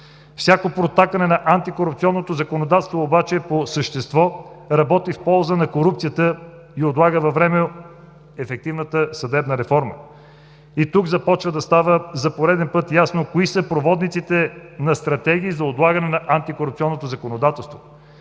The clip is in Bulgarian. Всяко протакане на антикорупционното законодателство обаче по същество работи в полза на корупцията и отлага във времето ефективната съдебна реформа. И тук започва да става за пореден път ясно кои са проводниците на стратегии за отлагане на антикорупционното законодателство.